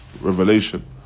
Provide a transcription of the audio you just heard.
revelation